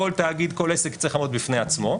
כל תאגיד כל עסק צריך לעמוד בפני עצמו,